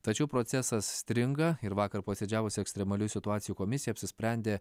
tačiau procesas stringa ir vakar posėdžiavusi ekstremalių situacijų komisija apsisprendė